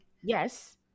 Yes